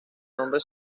nombre